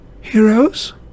Heroes